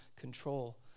control